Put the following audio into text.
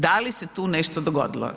Da li se tu nešto dogodilo?